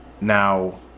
Now